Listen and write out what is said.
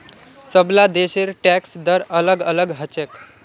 सबला देशेर टैक्स दर अलग अलग ह छेक